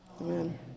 Amen